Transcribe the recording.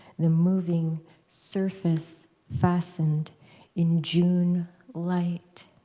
the moving surface fastened in june light.